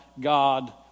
God